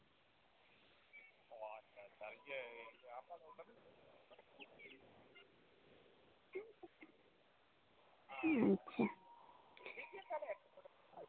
ᱟᱪᱪᱷᱟ